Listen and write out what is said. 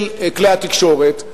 של כלי התקשורת,